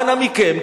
אנא מכם,